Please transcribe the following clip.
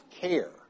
care